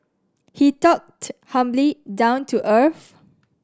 he talked humbly down to earth